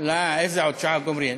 איזה עוד שעה גומרים?